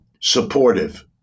supportive